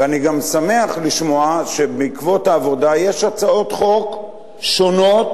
ואני גם שמח לשמוע שבעקבות העבודה יש הצעות חוק שונות,